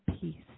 peace